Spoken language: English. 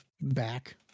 back